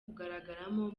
mugaragaro